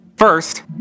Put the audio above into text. First